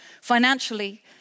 Financially